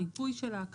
ריפוי שלה,